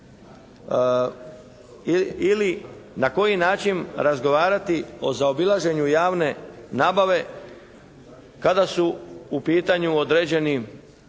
Ili na koji način razgovarati o zaobilaženju javne nabave kada su u pitanju određeni